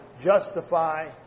justify